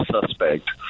suspect